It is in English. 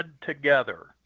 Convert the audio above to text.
together